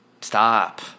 Stop